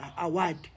award